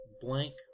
blank